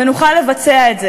ונוכל לבצע את זה.